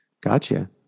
gotcha